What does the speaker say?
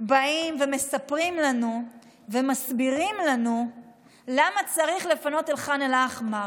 באים ומספרים לנו ומסבירים לנו למה צריך לפנות את ח'אן אל-אחמר.